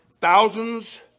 thousands